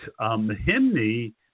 Mahimni –